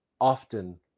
often